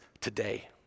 today